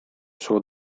suo